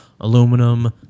aluminum